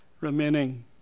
remaining